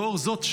לאור זאת,